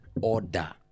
order